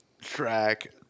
track